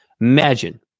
imagine